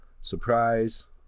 surprise